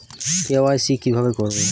KYC কিভাবে করব?